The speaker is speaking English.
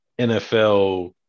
NFL